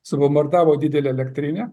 subombardavo didelę elektrinę